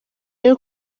rero